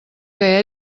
que